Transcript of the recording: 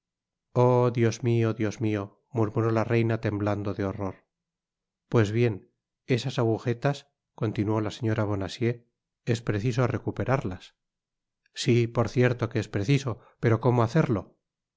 oh i dios mio dios mio murmuró la reina temblando de honor pues bien esas agujetas continuó la señora bonocieux es preciso recuperarlas si por cierto que es preciso pero como hacerlo es